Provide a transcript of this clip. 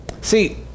See